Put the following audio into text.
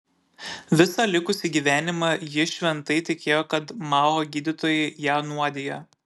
visą likusį gyvenimą ji šventai tikėjo kad mao gydytojai ją nuodija